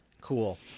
Cool